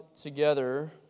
together